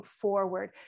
forward